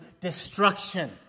destruction